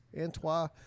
Antoine